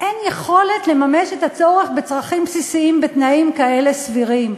אין יכולת לממש את הצורך בצרכים בסיסיים בתנאים כאלה סבירים,